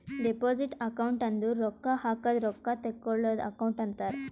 deposit account ಅಂದುರ್ ರೊಕ್ಕಾ ಹಾಕದ್ ರೊಕ್ಕಾ ತೇಕ್ಕೋಳದ್ ಅಕೌಂಟ್ ಅಂತಾರ್